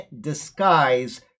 disguise